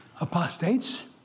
apostates